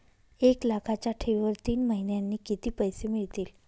एक लाखाच्या ठेवीवर तीन महिन्यांनी किती पैसे मिळतील?